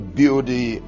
beauty